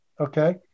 Okay